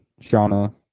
Shauna